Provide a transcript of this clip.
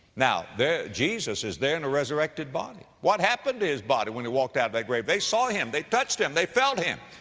now, there, jesus is there in a resurrected body. what happened to his body when he walked out of that grave? they saw him, they touched him, they felt him.